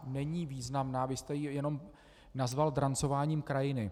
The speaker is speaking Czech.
Není významná, vy jste ji jenom nazval drancováním krajiny.